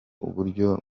uburyo